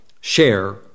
share